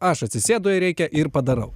aš atsisėdu jei reikia ir padarau